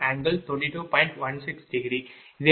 911